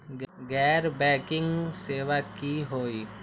गैर बैंकिंग सेवा की होई?